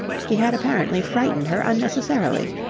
he had apparently frightened her unnecessarily.